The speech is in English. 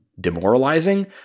demoralizing